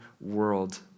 world